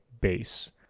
base